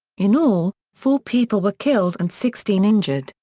in all, four people were killed and sixteen injured,